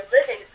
living